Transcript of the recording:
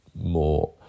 more